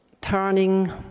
turning